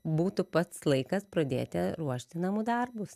būtų pats laikas pradėti ruošti namų darbus